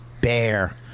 bear